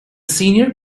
senior